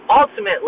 Ultimately